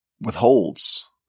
withholds